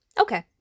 Okay